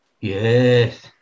Yes